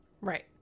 Right